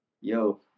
yo